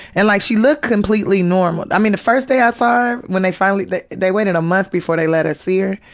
and, like, she looked completely normal. i mean, the first day i saw her, when they finally they they waited a month before they let us see her,